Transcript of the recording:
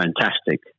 fantastic